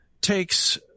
takes